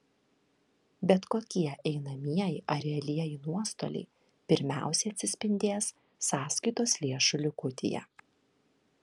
bet kokie einamieji ar realieji nuostoliai pirmiausiai atsispindės sąskaitos lėšų likutyje